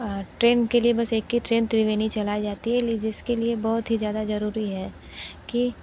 train के लिए बस एक ही ट्रेन त्रिवेणी चलाई जाती है जिसके लिए बहुत ही ज़्यादा ज़रूरी है कि